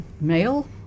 male